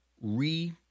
re